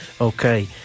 Okay